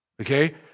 Okay